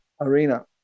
arena